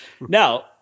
Now –